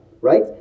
right